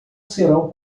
serão